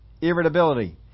irritability